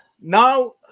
now